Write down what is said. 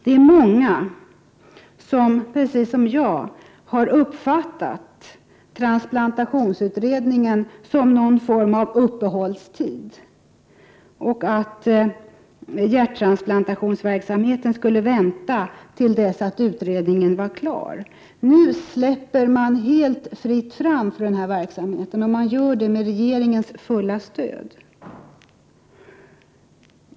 Det är många som, precis som jag, har uppfattat tiden för transplantationsutredningens arbete som något slags uppehållstid; vi trodde att hjärttransplantationsverksamheten skulle vänta till dess att utredningen var klar. Nu lämnar man fältet fritt för den verksamheten, och man gör det med regeringens fulla stöd.